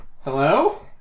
Hello